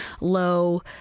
low